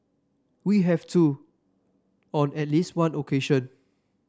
we have too on at least one occasion